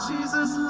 Jesus